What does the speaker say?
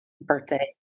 birthday